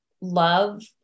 love